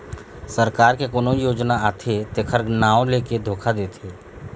सरकार के कोनो योजना आथे तेखर नांव लेके धोखा देथे